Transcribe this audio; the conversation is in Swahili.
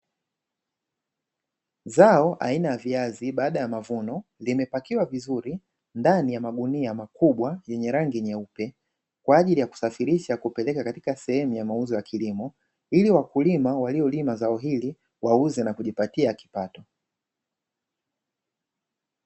Zao aina ya viazi, baada ya mavuno vimepakiwa vizuri ndani ya magunia makubwa yenye rangi nyeupe , kwaajili ya kusafirisha kupeleka katika sehemu ya mauzo ya kilimo, ili wakulima waliolima zao hili wauuze na kujipatia kipato .